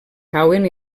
cauen